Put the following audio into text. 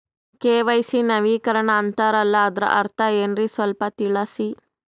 KYC ನವೀಕರಣ ಅಂತಾರಲ್ಲ ಅದರ ಅರ್ಥ ಏನ್ರಿ ಸ್ವಲ್ಪ ತಿಳಸಿ?